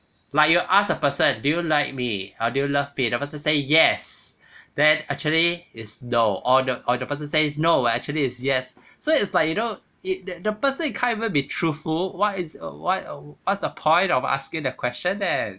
like you ask a person do you like me or do you love me the person say yes then actually it's no or the or the person say no actually it's yes so it's like you know it that the person can't even be truthful what is a what uh what's the point of asking the question then